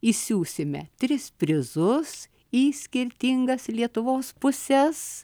išsiųsime tris prizus į skirtingas lietuvos puses